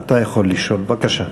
אתה יכול לשאול, בבקשה.